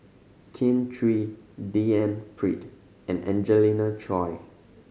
Kin Chui D N Pritt and Angelina Choy